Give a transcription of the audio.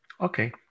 Okay